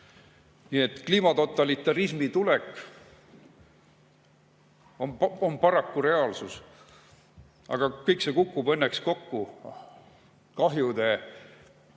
Nii et kliimatotalitarismi tulek on paraku reaalsus. Aga kõik see kukub õnneks kokku. Kahjude